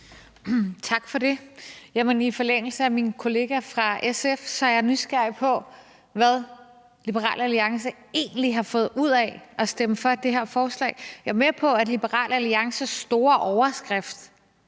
Tak for det. Jeg er i forlængelse af det, min kollega fra SF sagde, nysgerrig på, hvad Liberal Alliance egentlig har fået ud af at stemme for det her forslag. Jeg er med på, at den store overskrift